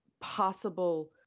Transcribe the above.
possible